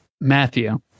Matthew